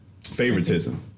favoritism